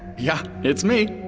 yeah, it's me!